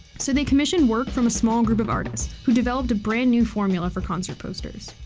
so they commissioned work from a small group of artists, who developed a brand-new formula for concert posters.